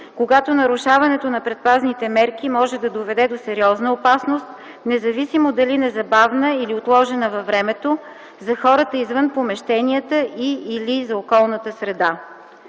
когато нарушаването на предпазните мерки може да доведе до сериозна опасност, независимо дали незабавна или отложена във времето за хората извън помещенията и/или за околната среда.